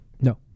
no